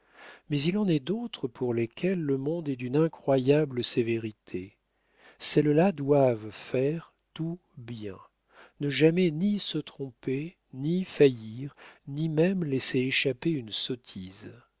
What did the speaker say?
mais il en est d'autres pour lesquelles le monde est d'une incroyable sévérité celles-là doivent faire tout bien ne jamais ni se tromper ni faillir ni même laisser échapper une sottise